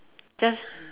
just